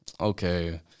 Okay